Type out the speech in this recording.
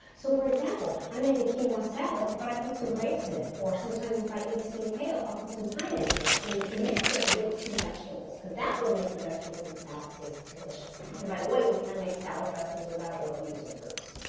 so for example, i make a quinoa ah salad but i put some grapes in it, or sometimes if i eat steamed kale, i'll put some pineapple in it, so you mix it with some vegetables because that will make your vegetables and salad taste delicious. and by the way, you can make salad dressings without oil or using fruits,